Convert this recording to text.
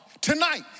tonight